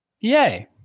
Yay